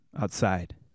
outside